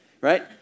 right